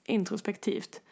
Introspektivt